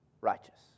righteous